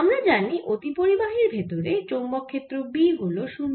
আমরা জানি অতিপরিবাহীর ভেতরে চৌম্বক ক্ষেত্র B হল 0